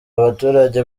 abaturage